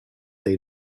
they